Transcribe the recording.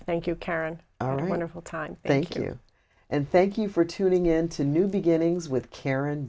thank you karen wonderful time thank you and thank you for tuning in to new beginnings with kar